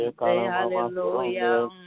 Hallelujah